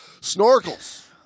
Snorkels